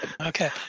Okay